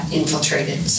infiltrated